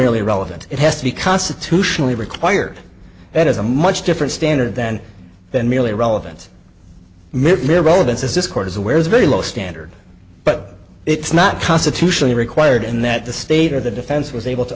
merely relevant it has to be constitutionally required that is a much different standard then than merely relevance mere relevance as this court is aware is very low standard but it's not constitutionally required and that the state or the defense was able to